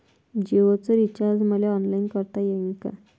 जीओच रिचार्ज मले ऑनलाईन करता येईन का?